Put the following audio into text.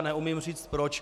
Neumím říci proč.